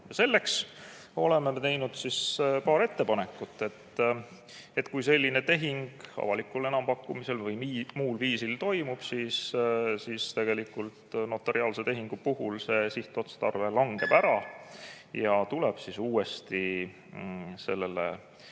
oleme me teinud paar ettepanekut. Kui selline tehing avalikul enampakkumisel või muul viisil toimub, siis tegelikult notariaalse tehingu puhul see sihtotstarve langeb ära, mistõttu tuleb see uuesti sellele